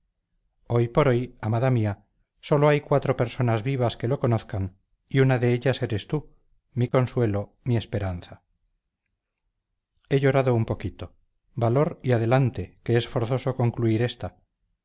hoy por hoy amada mía sólo hay cuatro personas vivas que lo conozcan y una de ellas eres tú mi consuelo mi esperanza he llorado un poquito valor y adelante que es forzoso concluir esta